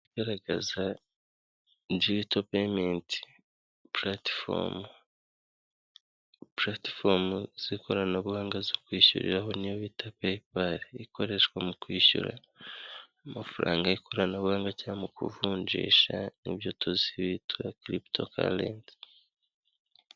Igaragaza juto payment platfom plastifom z'ikoranabuhanga zo kwishyuriraho niyo bita pe bar ikoreshwa mu kwishyura amafaranga y'ikoranabuhanga cyangwa mu kuvunjisha nibyo tuzi bitura craptor carent.